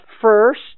first